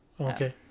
okay